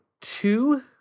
two